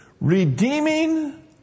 Redeeming